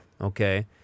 Okay